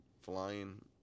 flying